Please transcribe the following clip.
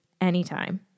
anytime